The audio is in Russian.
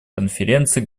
конференции